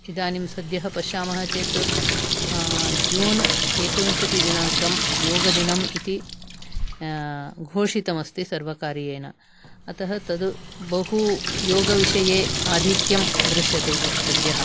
इदानीं सद्यः पश्यामः चेत् जून् एकविंशति दिनाङ्कं योगदिनम् इति घोषितमस्ति सर्वकारियेण अतः तद् बहु योगविषये आधिक्यं दृश्यते सद्यः